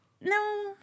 No